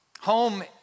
Home